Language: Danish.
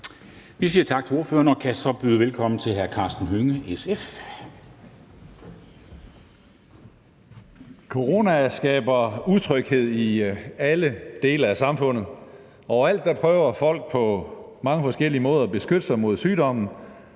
Vi siger tak til ordføreren og kan så byde velkommen til hr. Karsten Hønge, SF. Kl. 10:08 (Ordfører) Karsten Hønge (SF): Corona skaber utryghed i alle dele af samfundet. Overalt prøver folk på mange forskellige måder at beskytte sig mod sygdommen,